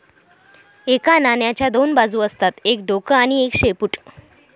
एका नाण्याच्या दोन बाजू असतात एक डोक आणि एक शेपूट